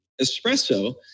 espresso